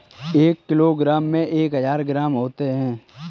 एक किलोग्राम में एक हजार ग्राम होते हैं